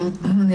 כן.